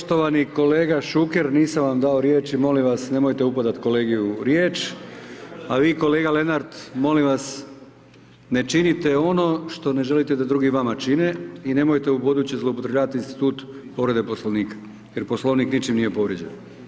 Poštovani kolega Šuker nisam vam dao riječ i molim vas nemojte upadati kolegi u riječ a vi kolega Lenart molim vas ne činite ono što ne želite da drugi vama čine i nemojte ubuduće zloupotrjebljavati institut povrede Poslovnika jer Poslovnik ničim nije povrijeđen.